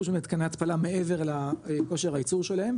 של מתקני התפלה מעבר לכושר הייצור שלהם,